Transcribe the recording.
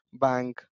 bank